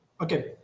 Okay